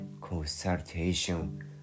consultation